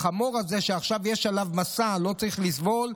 החמור הזה שעליו יש משא עכשיו לא צריך לסבול.